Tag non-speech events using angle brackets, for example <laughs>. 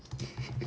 <laughs>